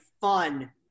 fun